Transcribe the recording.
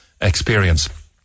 experience